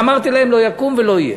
ואמרתי: לא יקום ולא יהיה.